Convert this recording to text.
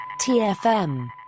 TFM